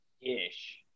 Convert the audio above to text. ish